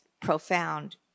profound